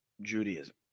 judaism